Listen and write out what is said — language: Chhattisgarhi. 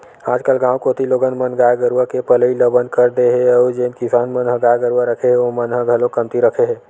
आजकल गाँव कोती लोगन मन गाय गरुवा के पलई ल बंद कर दे हे अउ जेन किसान मन ह गाय गरुवा रखे हे ओमन ह घलोक कमती रखे हे